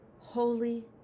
holy